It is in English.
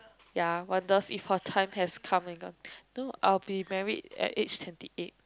ya wonders if her turn has come and gone no I'll be married at age twenty eight